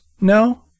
No